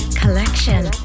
collection